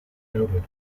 noted